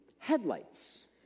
Headlights